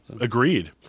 agreed